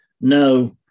no